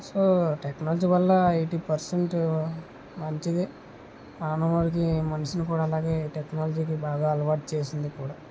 so technology వల్ల eighty percent మంచిదే ఆనవాయితీ మనిషిని అలాగే టెక్నాలజీ కి బాగా అలవాటు చేసింది కూడా